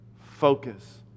focus